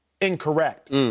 incorrect